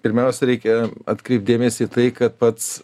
pirmiausia reikia atkreipt dėmesį į tai kad pats